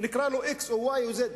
ונקרא לו x או y או z.